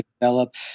develop